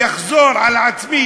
אחזור על עצמי,